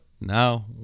now